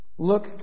Look